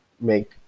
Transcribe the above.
make